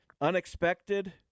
unexpected